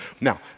Now